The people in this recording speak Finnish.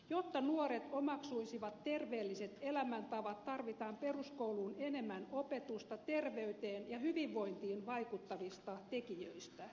jotta nuoret omaksuisivat terveelliset elämäntavat tarvitaan peruskouluun enemmän opetusta terveyteen ja hyvinvointiin vaikuttavista tekijöistä